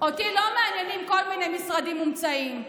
אותי לא מעניינים כל מיני משרדים מומצאים,